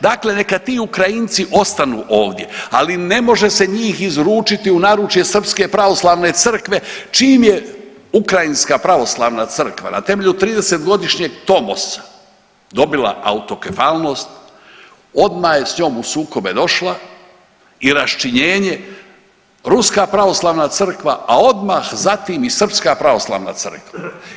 Dakle, neka ti Ukrajinci ostanu ovdje, ali ne može se njih izručiti u naručje srpske pravoslavne crkve čim je ukrajinska pravoslavna crkva na temelju tridset godišnjeg Tomosa dobila autokefalnost odmah je s njom u sukobe došla i raščinjenje ruska pravoslavna crkva, a odmah zatim i srpska pravoslavna crkva.